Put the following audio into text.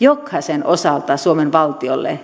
jokaisen osalta suomen valtiolle